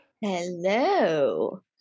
hello